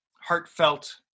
heartfelt